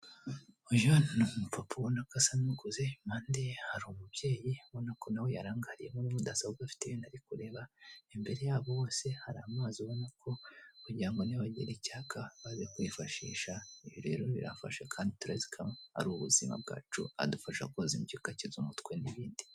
Uyu ni umupapa ubona ko asa n'ukuze impande ye hari umubyeyi ubona ko nawe yarangariyemo muri mudasobwa afite ibintu ari kureba, imbere yabo bose hari amazi ubona ko kugirango ngo nibagira icyaka baze kwifashisha. Ibi rero birafasha kandi turabizi ko ari ubuzima bwacu adufasha koza imyuka, kakiza umutwe n'ibindi.